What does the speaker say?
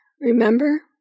Remember